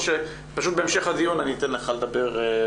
או שפשוט בהמשך הדיון אתן לך לדבר,